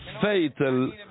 fatal